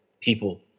people